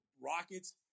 Rockets